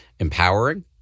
empowering